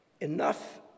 enough